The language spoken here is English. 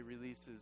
releases